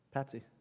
Patsy